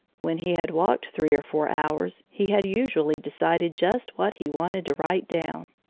when he had walked three or four hours, he had usually decided just what he wanted to write down.